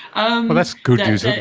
um well, that's good news at